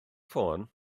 ffôn